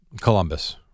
Columbus